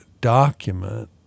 document